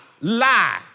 lie